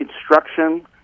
instruction